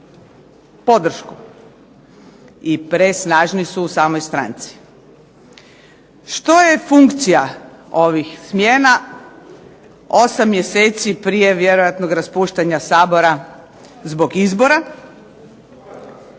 podršku i presnažni su u samoj stranci. Što je funkcija ovih smjena 8 mjeseci prije vjerojatnog raspuštanja Sabora zbog izbora